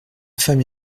femme